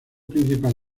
principal